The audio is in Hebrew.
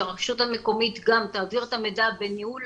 שהרשות המקומית גם תעביר את המידע בניהול,